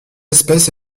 espèce